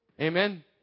Amen